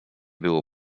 było